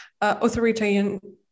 authoritarian